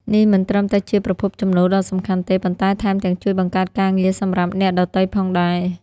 នេះមិនត្រឹមតែជាប្រភពចំណូលដ៏សំខាន់ទេ ប៉ុន្តែថែមទាំងជួយបង្កើតការងារសម្រាប់អ្នកដទៃផងដែរ។